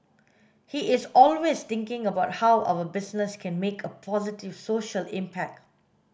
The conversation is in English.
he is always thinking about how our business can make a positive social impact